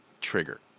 Trigger